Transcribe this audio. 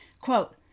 Quote